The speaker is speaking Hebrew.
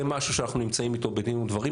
זה משהו שאנחנו נמצאים לגביו בדין ודברים.